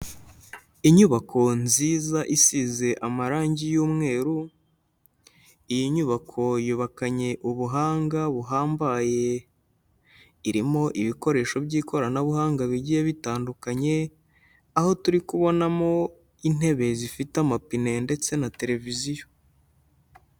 Inyubako nziza isize amarangi y'umweru, iyi nyubako yubakanye ubuhanga buhambaye, irimo ibikoresho by'ikoranabuhanga bigiye bitandukanye, aho turi kubonamo intebe zifite amapine ndetse na tereviziyo.